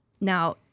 Now